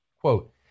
Quote